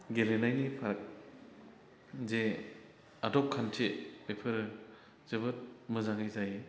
गेलेनायनि जे आदब खान्थि बेफोरो जोबोद मोजाङै जायो